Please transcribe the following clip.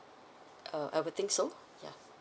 uh I would think so yeah